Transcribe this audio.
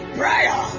prayer